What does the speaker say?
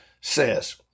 says